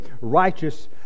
righteous